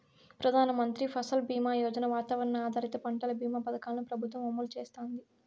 ప్రధాన మంత్రి ఫసల్ బీమా యోజన, వాతావరణ ఆధారిత పంటల భీమా పథకాలను ప్రభుత్వం అమలు చేస్తాంది